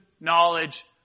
knowledge